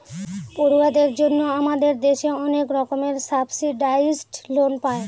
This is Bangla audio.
পড়ুয়াদের জন্য আমাদের দেশে অনেক রকমের সাবসিডাইসড লোন পায়